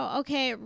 okay